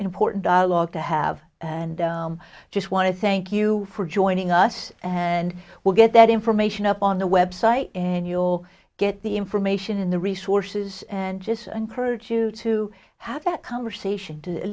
important dialogue to have and i just want to thank you for joining us and we'll get that information up on the website and you'll get the information in the resources and just encourage you to have that conversation to at